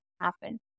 happen